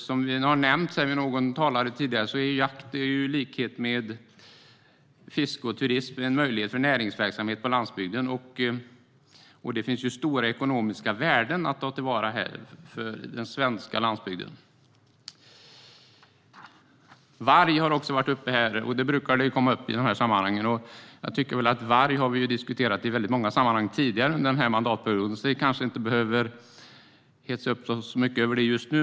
Som nämndes av någon tidigare talare ger jakt liksom fiske och turism en möjlighet till näringsverksamhet på landsbygden, och det finns stora ekonomiska värden att ta till vara för den svenska landsbygden. Varg har det också talats om här. Den brukar komma upp i de här sammanhangen. Jag tycker väl att vi har diskuterat vargen i väldigt många sammanhang tidigare under den här mandatperioden så vi kanske inte behöver hetsa upp oss så mycket över det just nu.